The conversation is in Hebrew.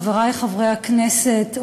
חברי חברי הכנסת,